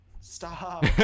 Stop